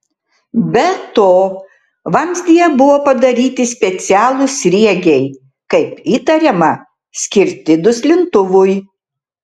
be to vamzdyje buvo padaryti specialūs sriegiai kaip įtariama skirti duslintuvui